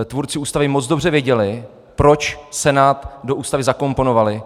Tvůrci Ústavy moc dobře věděli, proč Senát do Ústavy zakomponovali.